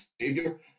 savior